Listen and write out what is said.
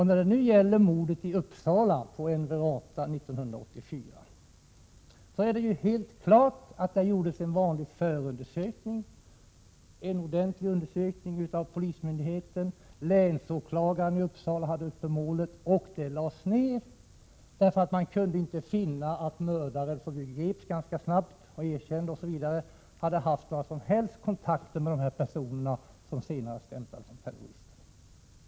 När det gäller mordet på Enver Ata i Uppsala 1984, är det helt klart att det gjordes en vanlig, ordentlig förundersökning av polismyndigheten, och länsåklagaren i Uppsala hade målet uppe, men det lades ned därför att man inte kunde finna att mördaren — som ju greps ganska snabbt och erkände — hade haft några som helst kontakter med de personer som senare stämplades som terrorister.